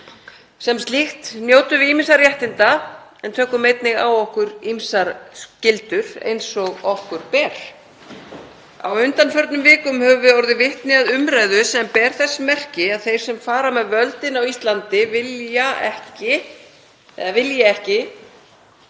Sem slíkt njótum við ýmissa réttinda en tökum einnig á okkur ýmsar skyldur eins og okkur ber. Á undanförnum vikum höfum við orðið vitni að umræðu sem ber þess merki að þeir sem fara með völdin á Íslandi vilji ekki að Ísland,